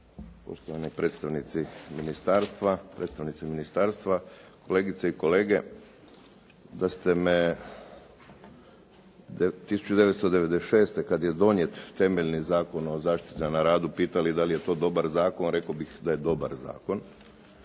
ministarstva, predstavnice ministarstva, kolegice i kolege. Da ste me 1996. kad je donijet temeljni Zakon o zaštiti na radu pitali da li je to dobar zakon, rekao bih da je dobar zakon.